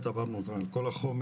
עברנו כאן על כל החומר,